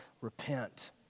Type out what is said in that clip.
repent